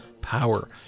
power